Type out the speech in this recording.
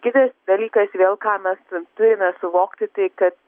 kitas dalykas vėl ką mes turime suvokti tai kad